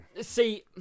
see